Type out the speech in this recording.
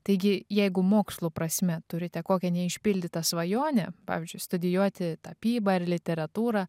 taigi jeigu mokslų prasme turite kokią neišpildytą svajonę pavyzdžiui studijuoti tapybą ar literatūrą